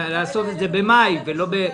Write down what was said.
לעשות את זה ביוני ולא במאי.